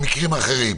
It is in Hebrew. במקרים אחרים?